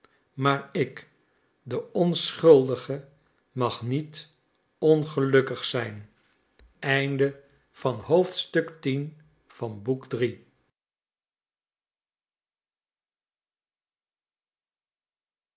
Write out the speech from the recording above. maar ik de onschuldige mag niet ongelukkig zijn